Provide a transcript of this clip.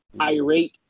irate